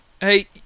Hey